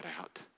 out